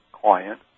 client